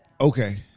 Okay